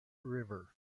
river